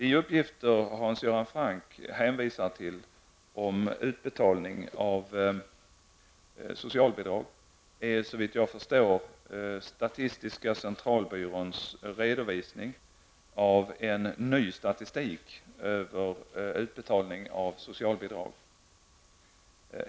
De uppgifter Hans Göran Franck hänvisar till om utbetalning av socialbidrag är, såvitt jag förstår, statistiska centralbyråns redovisning av en ny statistik över utbetalning av socialbidrag.